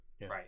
right